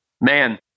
Man